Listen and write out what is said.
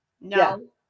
no